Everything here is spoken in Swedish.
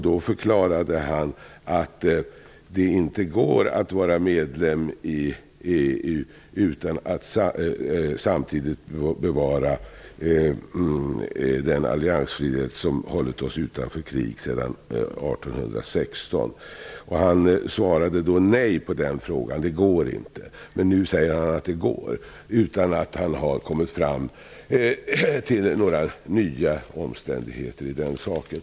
Då förklarade han att det inte går att vara medlem i EU och samtidigt bevara den alliansfrihet som har hållit oss utanför krig sedan 1816. Nu säger han att det går -- detta utan att han har funnit några nya omständigheter i frågan.